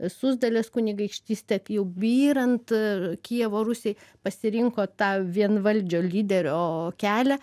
suzdalės kunigaikštystė jau byrant kijevo rusiai pasirinko tą vienvaldžio lyderio kelią